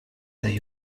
they